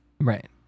Right